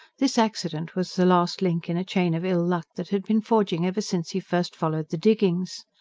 this accident was the last link in a chain of ill-luck that had been forging ever since he first followed the diggings.